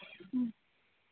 ம்